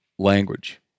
language